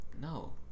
No